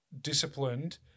disciplined